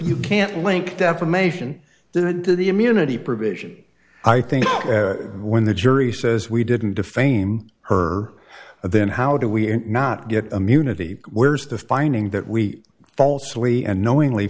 you can't link defamation didn't do the immunity provision i think when the jury says we didn't defame her then how do we not get immunity where's the finding that we falsely and knowingly